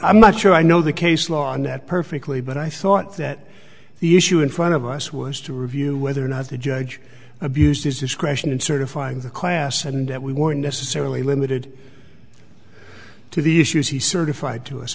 i'm not sure i know the case law on that perfectly but i thought that the issue in front of us was to review whether or not the judge abused his discretion in certifying the class and that we were necessarily limited to the issues he certified to us